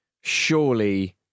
surely